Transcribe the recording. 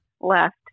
left